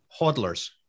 hodlers